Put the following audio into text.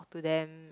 to them